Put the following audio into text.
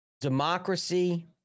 Democracy